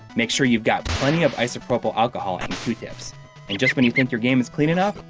make sure you've got plenty of isopropyl alcohol and q-tips. and just when you think your game is clean enough,